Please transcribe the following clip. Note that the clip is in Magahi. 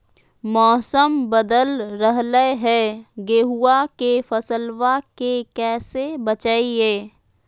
मौसम बदल रहलै है गेहूँआ के फसलबा के कैसे बचैये?